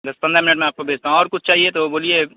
دس پندرہ منٹ میں آپ کو بھیجتا ہوں اور کچھ چاہیے تو بولیے